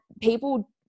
people